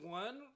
one